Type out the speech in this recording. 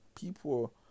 people